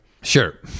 Sure